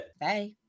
Bye